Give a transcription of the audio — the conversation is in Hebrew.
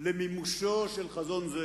למימושו של חזון זה.